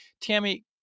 Tammy